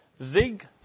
Zig